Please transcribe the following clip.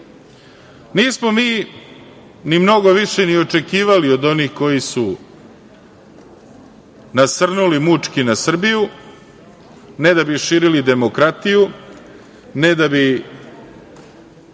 mi ni mnogo više ni očekivali od onih koji su nasrnuli mučki na Srbiju, ne da bi širili demokratiju, ne da bi